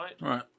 right